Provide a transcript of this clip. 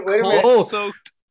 cold-soaked